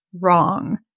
wrong